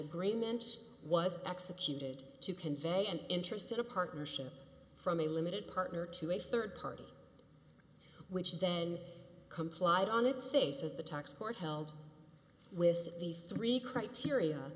agreement was executed to convey an interest in a partnership from a limited partner to a rd party which then complied on its face as the tax court held with the three criteria